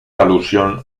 alusión